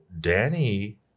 Danny